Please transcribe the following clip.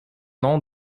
nom